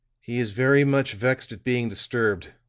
he is very much vexed at being disturbed.